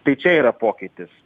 tai čia yra pokytis